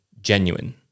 genuine